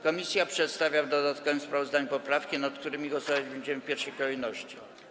Komisja przedstawia w dodatkowym sprawozdaniu poprawki, nad którymi głosować będziemy w pierwszej kolejności.